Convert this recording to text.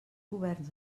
governs